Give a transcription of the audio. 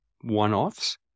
one-offs